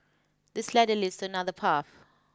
this ladder leads to another path